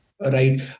right